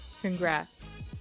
Congrats